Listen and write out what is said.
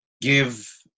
give